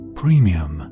premium